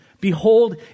Behold